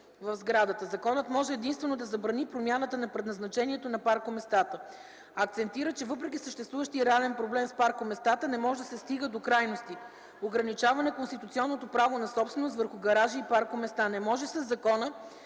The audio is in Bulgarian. в сградата. Законът може единствено да забрани промяната на предназначението на паркоместата. Акцентира, че въпреки съществуващият реален проблем с паркоместата, не може да се стига до крайности – ограничаване конституционното право на собственост върху гаражи и паркоместа. Не може със закон